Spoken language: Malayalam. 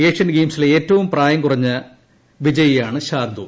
ഏഷ്യൻ ഗെയിംസിലെ ഏറ്റവും പ്രായം കുറഞ്ഞ വിജയിയാണ് ശാർദൂൽ